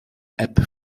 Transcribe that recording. app